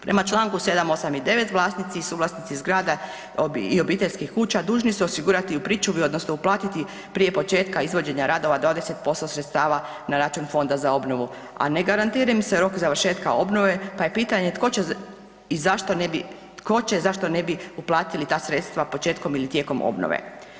Prema čl. 7., 8. i 9. vlasnici i suvlasnici zgrada i obiteljskih kuća dužni su osigurati u pričuvi odnosno uplatiti prije početka izvođenja radova 20% sredstava na račun Fonda za obnovu, a ne garantira im se rok završetka obnove, pa je pitanje tko će i zašto ne bi, tko će, zašto ne bi uplatili ta sredstva početkom ili tijekom obnove?